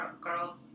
girl